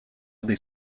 des